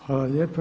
Hvala lijepa.